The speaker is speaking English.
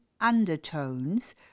undertones